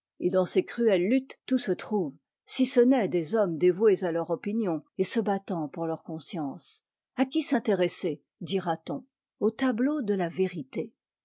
et dans ces cruelles luttes tout se trouve si ce n'est des hommes dévoués à leur opinion et se battant pour leur conscience a qui s'intéresser dira-t-on au tableau de la vérité